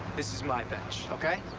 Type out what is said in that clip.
this is my bench. okay?